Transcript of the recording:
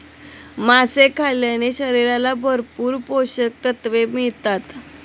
मासे खाल्ल्याने शरीराला भरपूर पोषकतत्त्वे मिळतात